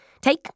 Take